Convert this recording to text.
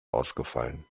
ausgefallen